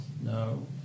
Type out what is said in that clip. No